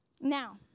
Now